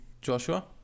Joshua